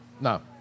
No